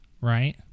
Right